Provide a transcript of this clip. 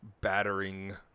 battering